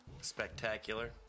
Spectacular